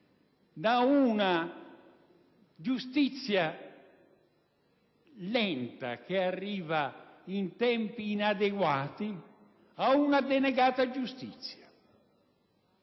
da una giustizia lenta, che arriva in tempi inadeguati, ad una denegata giustizia.